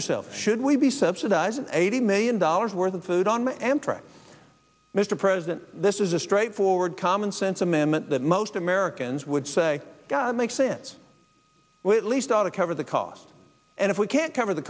yourself should we be subsidizing eighty million dollars worth of food on amtrak mr president this is a straightforward commonsense amendment that most americans would say god makes sense when it least ought to cover the costs and if we can't cover the